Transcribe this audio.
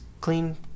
clean